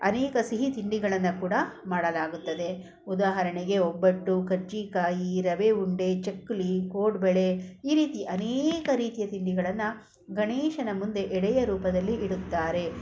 ಅನೇಕ ಸಿಹಿ ತಿಂಡಿಗಳನ್ನು ಕೂಡ ಮಾಡಲಾಗುತ್ತದೆ ಉದಾಹರಣೆಗೆ ಒಬ್ಬಟ್ಟು ಕರ್ಜಿಕಾಯಿ ರವೆ ಉಂಡೆ ಚಕ್ಕುಲಿ ಕೋಡುಬಳೆ ಈ ರೀತಿ ಅನೇಕ ರೀತಿಯ ತಿಂಡಿಗಳನ್ನು ಗಣೇಶನ ಮುಂದೆ ಎಡೆಯ ರೂಪದಲ್ಲಿ ಇಡುತ್ತಾರೆ